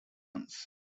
ones